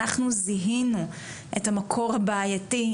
אנחנו זיהינו את המקור הבעייתי,